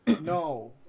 No